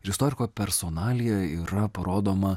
ir istoriko personalija yra parodoma